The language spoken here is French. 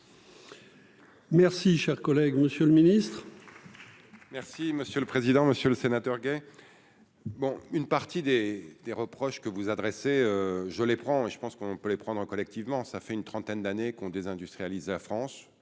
Merci, cher collègue, Monsieur le Ministre. Merci monsieur le président, Monsieur le Sénateur gay bon une partie des des reproches que vous adressez, je les prends et je pense qu'on peut les prendre en collectivement, ça fait une trentaine d'années, qui ont désindustrialisé la France,